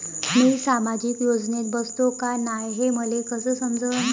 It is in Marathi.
मी सामाजिक योजनेत बसतो का नाय, हे मले कस समजन?